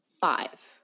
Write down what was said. five